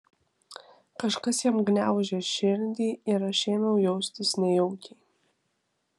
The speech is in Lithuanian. kažkas jam gniaužė širdį ir aš ėmiau jaustis nejaukiai